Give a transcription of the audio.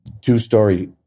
two-story